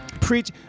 Preach